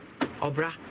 Obra